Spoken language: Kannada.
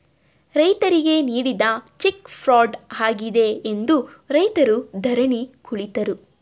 ರೈತರಿಗೆ ನೀಡಿದ ಚೆಕ್ ಫ್ರಾಡ್ ಆಗಿದೆ ಎಂದು ರೈತರು ಧರಣಿ ಕುಳಿತರು